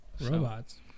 Robots